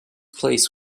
place